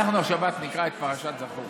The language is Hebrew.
השבת נקרא את פרשת זכור.